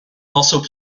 also